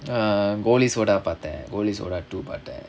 err goli soda பாத்தேன் goli soda soda paathaen goli soda two பாத்தேன்:paathaen